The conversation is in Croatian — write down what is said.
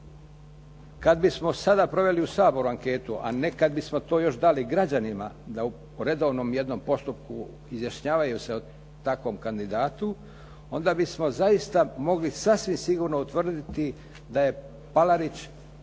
Kada bismo sada proveli u Saboru anketu a ne kada bismo to još dali građanima da u redovnom jednom postupku izjašnjavaju se o takvom kandidatu, onda bismo zaista mogli sasvim sigurno utvrditi da je Palarić